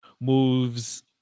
moves